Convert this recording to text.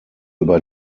über